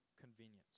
convenience